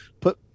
put